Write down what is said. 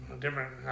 different